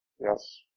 Yes